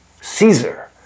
caesar